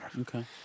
okay